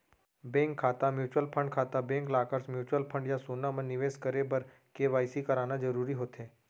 bank खाता, mutual fund खाता, bank lockers, mutual fund या सोना म निवेस करे बर के.वाई.सी कराना जरूरी होथे